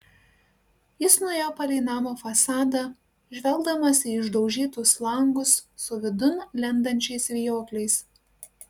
jis nuėjo palei namo fasadą žvelgdamas į išdaužytus langus su vidun lendančiais vijokliais